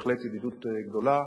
בהחלט ידידוּת גדולה.